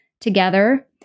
together